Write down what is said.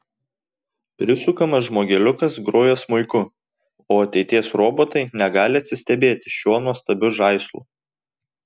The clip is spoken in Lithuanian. prisukamas žmogeliukas groja smuiku o ateities robotai negali atsistebėti šiuo nuostabiu žaislu